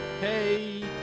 Hey